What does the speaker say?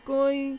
Koi